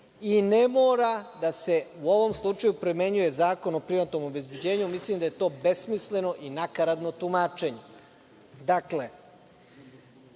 i ne mora da se u ovom slučaju primenjuje Zakon o privatnom obezbeđenju, mislim da je to besmisleno i nakaradno tumačenje. Dakle,